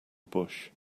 bush